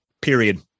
period